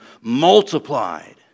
multiplied